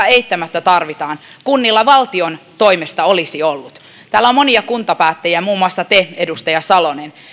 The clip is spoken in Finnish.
eittämättä tarvitaan kunnilla olisi valtion toimesta ollut täällä on monia kuntapäättäjiä muun muassa te edustaja salonen